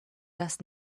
das